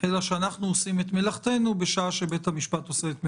אלא שאנחנו עושים את מלאכתנו בשעה שבית המשפט עושה את מלאכתו.